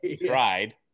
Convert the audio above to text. tried